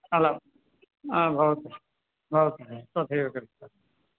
अलं हा भवतु भवतु तथैव कृत्वा